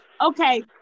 okay